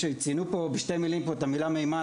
ציינו פה את המילה מימן,